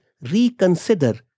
reconsider